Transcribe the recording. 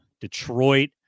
Detroit